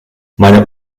meine